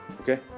Okay